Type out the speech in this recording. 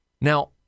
Now